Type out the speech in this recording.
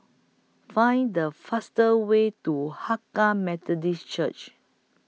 Find The fastest Way to Hakka Methodist Church